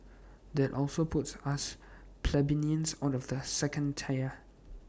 that also puts us plebeians out of the second tier